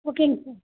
ஓகேங்க சார்